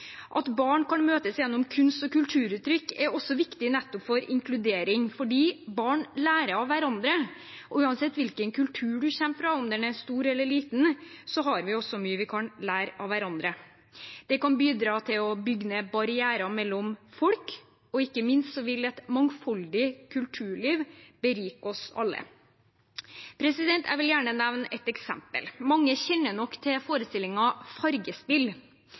At barn kan møtes gjennom kunst- og kulturuttrykk, er også viktig for inkludering, fordi barn lærer av hverandre. Uansett hvilken kultur man kommer fra, om den er stor eller liten, har vi også mye vi kan lære av hverandre. Det kan bidra til å bygge ned barrierer mellom folk, og ikke minst vil et mangfoldig kulturliv berike oss alle. Jeg vil gjerne nevne et eksempel. Mange kjenner til forestillingen Fargespill,